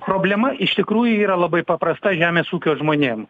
problema iš tikrųjų yra labai paprasta žemės ūkio žmonėm